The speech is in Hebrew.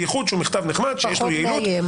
בייחוד שהוא מכתב נחמד שיש לו יעילות.